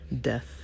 death